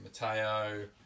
Mateo